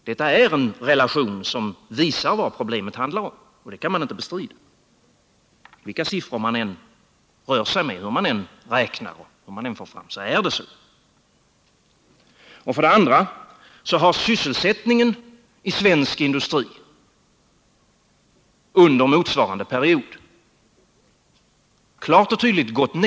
Detta är en relation som visar vad problemet handlar om, och detta kan inte bestridas, hur man än räknar och vad man än får fram. För det andra har sysselsättningen i svensk industri under motsvarande period klart och tydligt gått ned.